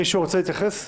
מישהו רוצה להתייחס?